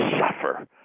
suffer